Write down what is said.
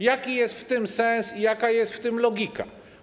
Jaki jest w tym sens i jaka jest w tym logika?